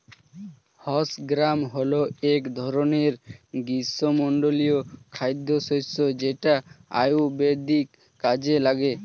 horse gram হল এক ধরনের গ্রীষ্মমণ্ডলীয় খাদ্যশস্য যেটা আয়ুর্বেদীয় কাজে লাগে